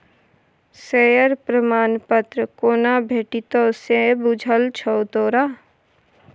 Share प्रमाण पत्र कोना भेटितौ से बुझल छौ तोरा?